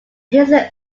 his